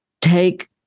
Take